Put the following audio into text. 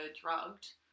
drugged